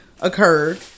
occurred